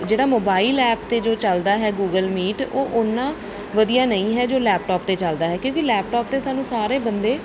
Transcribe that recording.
ਜਿਹੜਾ mobile app 'ਤੇ ਜੋ ਚੱਲਦਾ ਹੈ ਗੂਗਲ ਮੀਟ ਉਹ ਉੰਨਾ ਵਧੀਆ ਨਹੀਂ ਹੈ ਜੋ ਲੈਪਟੋਪ 'ਤੇ ਚਲਦਾ ਹੈ ਕਿਉਂਕਿ ਲੈਪਟੋਪ 'ਤੇ ਸਾਨੂੰ ਸਾਰੇ ਬੰਦੇ